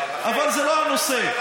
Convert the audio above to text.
אבל זה לא הנושא.